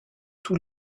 tous